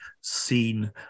seen